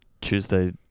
Tuesday